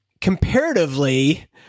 comparatively